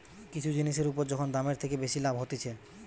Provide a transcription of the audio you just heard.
কিছু জিনিসের উপর যখন দামের থেকে বেশি লাভ হতিছে